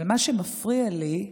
אבל מה שמפריע לי,